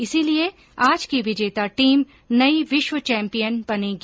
इसीलिये आज की विजेता टीम नई विश्वचैम्पियन बनेगी